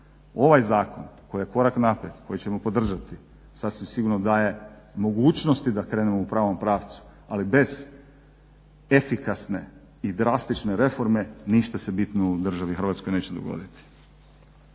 Ovaj zakon koji je korak naprijed koji ćemo podržati sasvim sigurno daje mogućnosti da krenemo u pravom pravcu, ali bez efikasne i drastične reforme ništa se bitno u državi Hrvatskoj neće dogoditi.